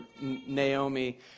Naomi